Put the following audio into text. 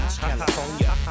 California